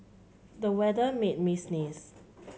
the weather made me sneeze